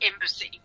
Embassy